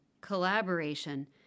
collaboration